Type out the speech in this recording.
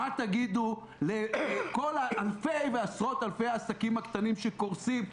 מה תגידו לכל אלפי ועשרות אלפי העסקים הקטנים שקורסים?